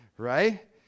right